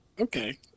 Okay